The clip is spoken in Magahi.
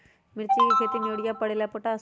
मिर्ची के खेती में यूरिया परेला या पोटाश?